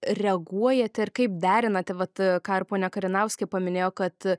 reaguojate ir kaip derinate vat ką ir ponia karinauskė paminėjo kad